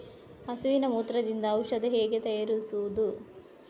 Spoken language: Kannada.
ಹಸುವಿನ ಮೂತ್ರದಿಂದ ಔಷಧ ಹೇಗೆ ತಯಾರಿಸುವುದು?